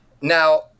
Now